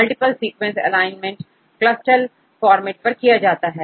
multiple sequence alignment CLUSTAL formatपर किया जाता है